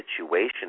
situation